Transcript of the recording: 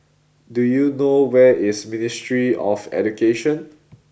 do you know where is Ministry of Education